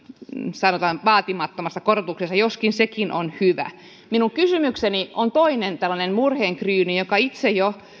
sanotaan vaatimattomassa korotuksessa joskin sekin on hyvä minun kysymykseni on toinen tällainen murheenkryyni jossa itse jo